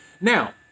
Now